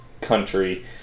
country